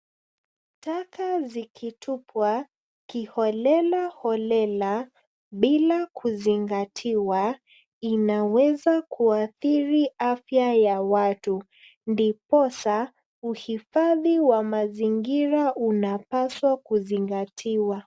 Taka zikitupwa kiholela holela bila kuzingatiwa inaweza kuadhiri afya ya watu, ndiposa uhifadhi wa mazingira unapaswa kuzingatiwa.